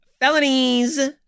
felonies